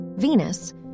Venus